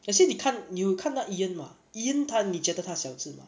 let's say 你看你有看到 ian mah ian 他你觉得他小只 mah